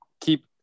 keep